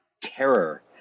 terror